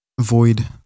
void